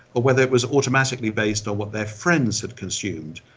or whether it was automatically based on what their friends had consumed.